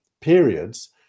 periods